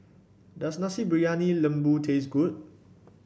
does Nasi Briyani Lembu taste good